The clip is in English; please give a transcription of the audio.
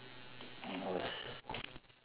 it was